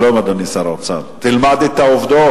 שלום, אדוני שר האוצר, תלמד את העובדות.